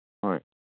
ꯍꯣꯏ